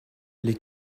les